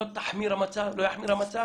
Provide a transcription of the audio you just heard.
לא יחמיר המצב.